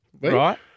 Right